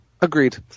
agreed